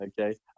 Okay